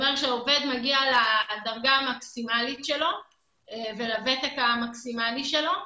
העובד מגיע לדרגה המקסימלית שלו ולוותק המקסימלי שלו,